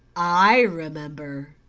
i remember.